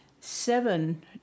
seven